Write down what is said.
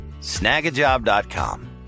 Snagajob.com